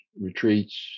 retreats